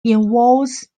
involves